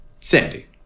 Sandy